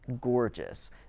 gorgeous